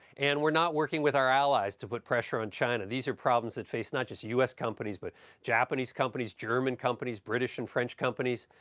and we're not working with our allies to put pressure on china. these are problems that face not just u s. companies, but japanese companies, german companies, british and french companies.